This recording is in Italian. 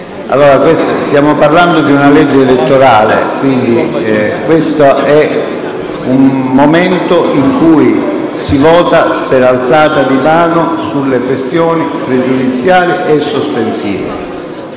Stiamo parlando di una legge elettorale; siamo in una fase in cui si vota per alzata di mano sulle questioni pregiudiziali e sospensiva.